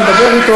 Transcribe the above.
חברת הכנסת גרמן.